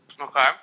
Okay